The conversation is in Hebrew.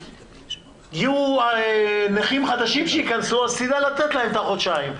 ואם יהיו נכים חדשים שייכנסו אז תדע לתת להם את החודשיים.